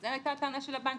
וזו הייתה הטענה של הבנקים.